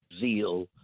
zeal